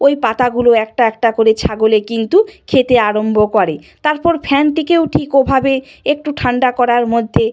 ওই পাতাগুলো একটা একটা করে ছাগলে কিন্তু খেতে আরম্ভ করে তার পর ফ্যান থেকেও ঠিক ও ভাবে একটু ঠান্ডা করার মধ্যে